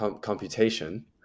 computation